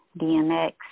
DMX